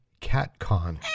CatCon